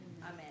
Amen